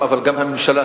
מדי,